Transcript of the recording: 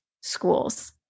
schools